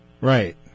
Right